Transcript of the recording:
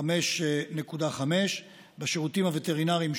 5.5%; בשירותים הווטרינריים,